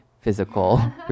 physical